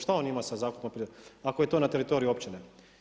Šta on ima sa zakupom ako je to na teritoriju općine?